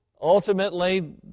ultimately